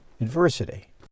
adversity